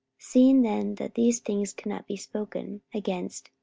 seeing then that these things cannot be spoken against,